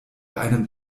einem